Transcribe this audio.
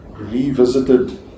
revisited